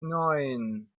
neun